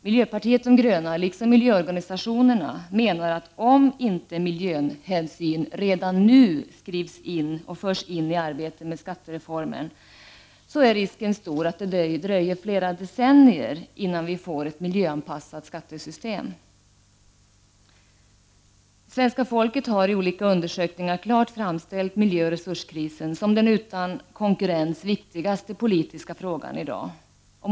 Miljöpartiet de gröna, liksom miljöorganisationerna, menar att om inte miljöhänsyn redan nu förs in i arbetet med skattereformen, är risken stor att det dröjer flera decennier innan vi får ett miljöanpassat skattesystem. Svenska folket har i olika undersökningar klart framställt miljöoch resurskrisen som den utan konkurrens viktigaste politiska frågan i dag.